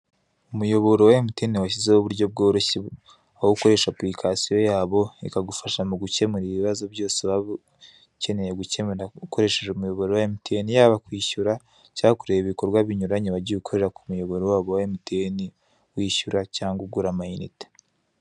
Umuyoboro wa Mtn washyizeho uburyo bworoshye aho ukoresha apurikasiyo yabo ikagufasha mu gukemura ibibazo byose waba ukeneye gukemura ukoresheje umuyoboro wa Mtn yaba kwishyura cyangwa kureba ibikorwa binyuranye wagiye ukorera ku muyobora wabo wa Mtn wishyura cyangwa ugura amayinite.